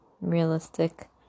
realistic